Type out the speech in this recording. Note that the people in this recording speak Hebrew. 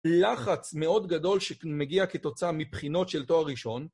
לחץ מאוד גדול שמגיע כתוצאה מבחינות של תואר ראשון.